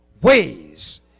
Ways